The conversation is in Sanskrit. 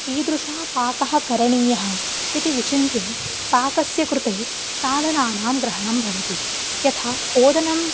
ईदृशः पाकः करणीयः इति विचिन्त्य पाकस्य कृते साधनानां ग्रहणं भवति यथा ओदनं